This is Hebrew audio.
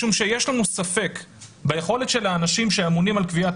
משום שיש לנו ספק ביכולת של האנשים שאמונים על קביעת